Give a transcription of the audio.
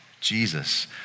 Jesus